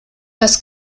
das